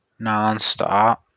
nonstop